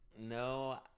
No